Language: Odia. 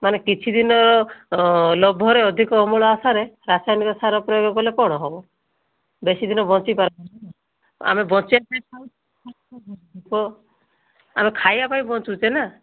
ମାନେ କିଛି ଦିନ ଲୋଭରେ ଅଧିକ ଅମଳ ଆଶାରେ ରାସାୟନିକ ସାର ପ୍ରୟୋଗ କଲେ କଣ ହବ ବେଶୀ ଦିନ ବଞ୍ଚି ଆମେ ବଞ୍ଚିଆ ପାଇଁ ଖାଉଛେ ଆମେ ଖାଇଆ ପାଇଁ ବଞ୍ଚୁଛେ ନା